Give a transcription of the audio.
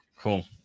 Cool